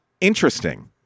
interesting